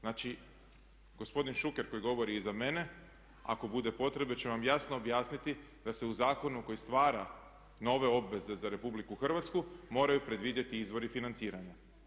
Znači gospodin Šuker koji govori iza mene, ako bude potrebe će vam jasno objasniti da se u zakonu koji stvara nove obveze za RH moraju predvidjeti izvori financiranja.